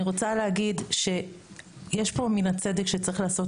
אני רוצה להגיד שיש פה מן הצדק שצריך לעשות